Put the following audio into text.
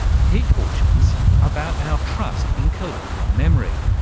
he cautions about our trust in collective memory,